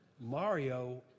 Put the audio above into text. Mario